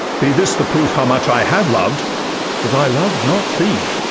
be this the proof how much i have loved that i love not thee!